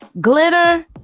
Glitter